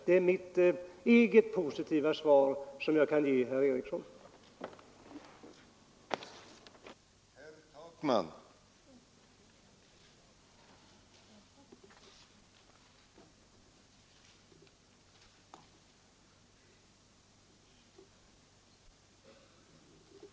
Det är mitt eget positiva svar på herr Ericsons fråga.